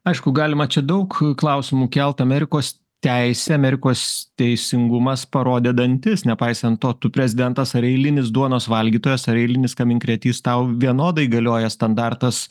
aišku galima čia daug klausimų kelt amerikos teisė amerikos teisingumas parodė dantis nepaisant to tu prezidentas ar eilinis duonos valgytojas ar eilinis kaminkrėtys tau vienodai galioja standartas